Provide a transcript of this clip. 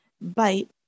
Bite